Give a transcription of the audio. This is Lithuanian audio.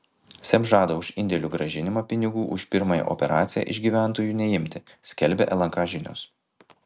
seb žada už indėlių grąžinimą pinigų už pirmąją operaciją iš gyventojų neimti skelbia lnk žinios